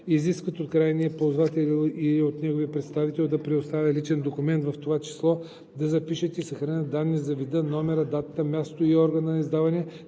изискат от крайния ползвател или от неговия представител да представи личен документ, в това число да запишат и съхранят данни за вида, номера, датата, мястото и органа на издаване